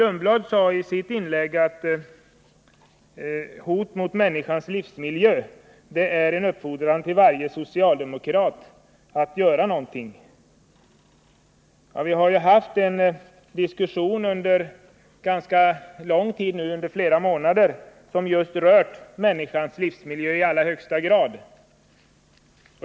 I sitt inlägg sade Grethe Lundblad att hot mot människans livsmiljö är en uppfordran till varje socialdemokrat att göra någonting. Ja, vi har ju under 163 flera månader fört en diskussion som i allra högsta grad har handlat om människans livsmiljö.